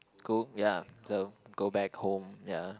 cool ya so go back home ya